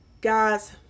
Guys